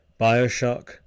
Bioshock